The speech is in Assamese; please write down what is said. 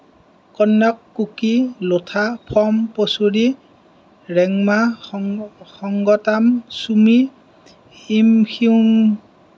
কন্যাক কুকি লোঠা ফ'ম পচুৰী ৰেংমা সং সংগতাম ছুমি ইমখিউং